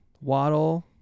Waddle